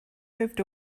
moved